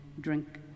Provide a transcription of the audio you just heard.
drink